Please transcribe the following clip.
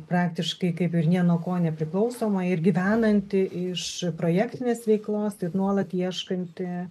praktiškai kaip ir nė nuo ko nepriklausoma ir gyvenanti iš projektinės veiklos tai nuolat ieškanti